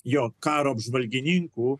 jo karo apžvalgininkų